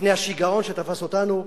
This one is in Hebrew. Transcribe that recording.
לפני השיגעון שתפס אותנו,